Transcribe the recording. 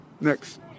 Next